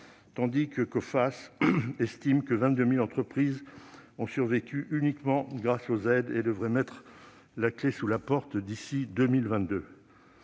tandis que Coface estime que 22 000 entreprises ont survécu uniquement grâce aux aides et devraient mettre la clé sous la porte d'ici à 2022.